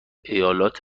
ایالات